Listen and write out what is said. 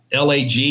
LAG